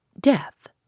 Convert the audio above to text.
Death